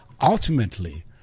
Ultimately